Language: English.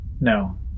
No